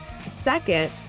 Second